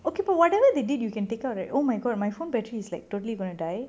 okay but whatever they did you can take out right oh my god my phone battery is like totally going to die